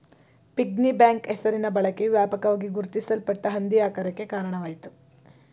piggy bank ಹೆಸರಿನ ಬಳಕೆಯು ವ್ಯಾಪಕವಾಗಿ ಗುರುತಿಸಲ್ಪಟ್ಟ ಹಂದಿ ಆಕಾರಕ್ಕೆ ಕಾರಣವಾಯಿತು